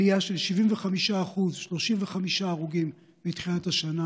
עלייה של 75%. 35 הרוגים מתחילת השנה.